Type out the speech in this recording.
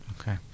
Okay